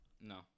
No